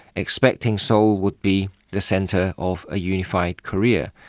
expecting seoul would be the centre of a unified korea,